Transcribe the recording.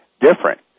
different